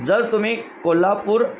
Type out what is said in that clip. जर तुम्ही कोल्हापूर